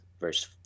Verse